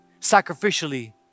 sacrificially